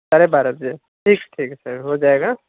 ساڑھے بارہ بجے ٹھیک ٹھیک ہے سر ہو جائے گا